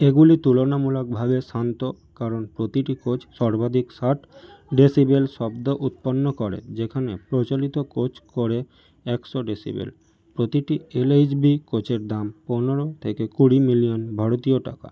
এগুলি তুলনামূলকভাবে শান্ত কারণ প্রতিটি কোচ সর্বাধিক ষাট ডেসিবেল শব্দ উৎপন্ন করে যেখানে প্রচলিত কোচ করে একশো ডেসিবেল প্রতিটি এল এইচ বি কোচের দাম পনেরো থেকে কুড়ি মিলিয়ন ভারতীয় টাকা